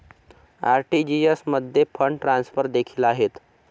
RTGS मध्ये fund transfer देखील आहेत